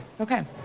Okay